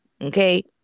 Okay